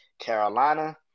Carolina